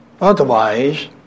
Otherwise